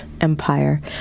Empire